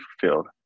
fulfilled